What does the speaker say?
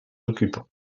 occupants